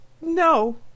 No